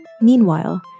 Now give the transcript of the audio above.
Meanwhile